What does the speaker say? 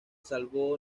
salvó